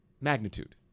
magnitude